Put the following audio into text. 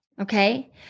Okay